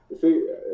See